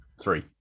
Three